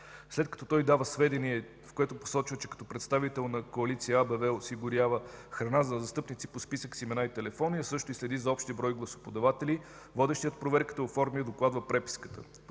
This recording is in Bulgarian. След като той дава сведение, в което посочва, че като представител на Коалиция АБВ осигурява храна за застъпници по списък с имена и телефони, също следи и за общия брой гласоподаватели, водещият проверката оформя и докладва преписката.